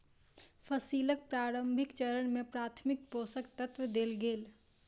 फसीलक प्रारंभिक चरण में प्राथमिक पोषक तत्व देल गेल